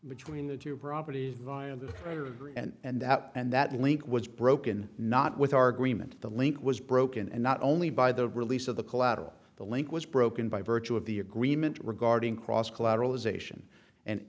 between the two properties via the creditor and that and that link was broken not with our agreement the link was broken and not only by the release of the collateral the link was broken by virtue of the agreement regarding cross collateral ization and